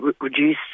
reduce